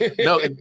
no